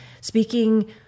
speaking